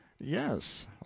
Yes